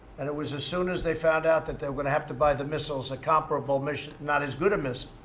and it was as soon as they found out that they were going to have to buy the missiles a comparable missile not as good a missile,